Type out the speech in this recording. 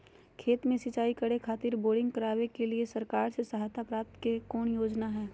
खेत में सिंचाई करे खातिर बोरिंग करावे के लिए सरकार से सहायता प्राप्त करें के कौन योजना हय?